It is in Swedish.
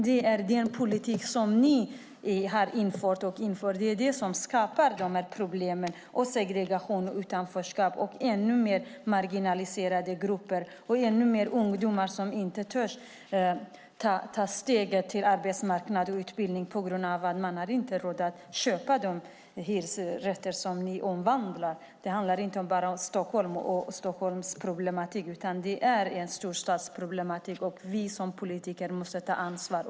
Men det är den politik som ni har fört och för som skapar dessa problem med segregation och utanförskap och ännu mer marginaliserade grupper och ännu fler ungdomar som inte törs ta steget till arbetsmarknad och utbildning på grund av att de inte har råd att köpa de bostäder som ni har omvandlat från hyresrätter till bostadsrätter. Det handlar inte bara om en Stockholmsproblematik, utan det är en storstadsproblematik, och vi som politiker måste ta ansvar.